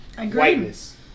whiteness